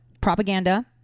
propaganda